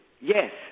yes